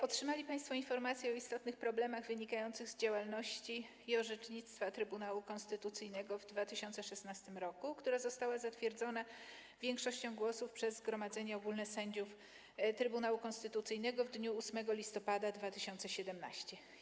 Otrzymali państwo informację o istotnych problemach wynikających z działalności i orzecznictwa Trybunału Konstytucyjnego w 2016 r., która została zatwierdzona większością głosów przez Zgromadzenie Ogólne Sędziów Trybunału Konstytucyjnego w dniu 8 listopada 2017 r.